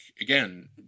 again